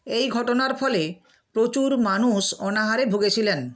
এই ঘটনার ফলে প্রচুর মানুষ অনাহারে ভুগেছিলেন